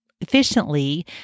efficiently